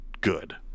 good